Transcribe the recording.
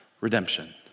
redemption